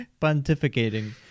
pontificating